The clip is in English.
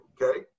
Okay